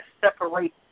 separate